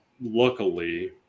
luckily